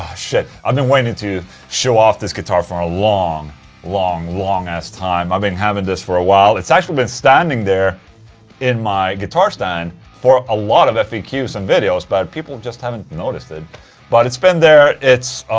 shit, i've been waiting to show off this guitar for a long long long ass time. i've been having this for a while, it's actually been standing there in my guitar stand for a lot of faqs and videos but people just haven't noticed it but it's been there. it's.